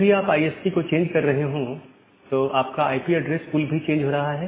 जब भी आप आईएसपी को चेंज कर रहे हो तो आपका आईपी ऐड्रेस पूल भी चेंज हो रहा है